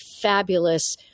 fabulous